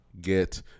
get